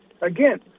Again